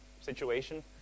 situation